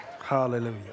Hallelujah